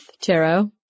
Tarot